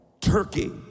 turkey